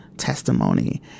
testimony